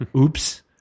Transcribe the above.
Oops